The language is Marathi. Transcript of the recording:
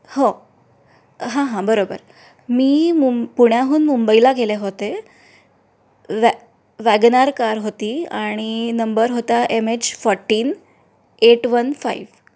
हो हां हां बरोबर मी मुं पुण्याहून मुंबईला गेले होते वॅ वॅगनार कार होती आणि नंबर होता M H fourteen eight one five